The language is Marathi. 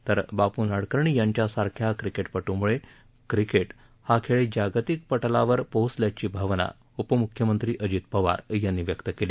तर बापू नाडकर्णी यांच्यासारख्या क्रिकेटपटूमुळे क्रिकेट हा खेळ जागतिक पटलावर पोहोचल्याची भावना उपमुख्यमंत्री अजित पवार यांनी व्यक्त केली